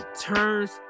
turns